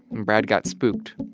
and brad got spooked.